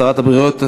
שרת הבריאות,